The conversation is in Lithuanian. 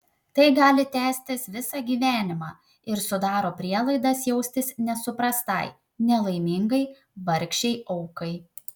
tai gali tęstis visą gyvenimą ir sudaro prielaidas jaustis nesuprastai nelaimingai vargšei aukai